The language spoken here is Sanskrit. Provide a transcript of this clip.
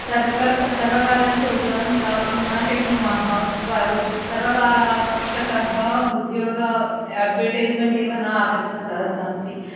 सर्वर् सर्वकारस्य उद्योगान् प्राप्तुं न शक्नुमः सर्वकारपक्षतः उद्योग अड्वटैस्मेन्ट् एव न आगच्छन्तः सन्ति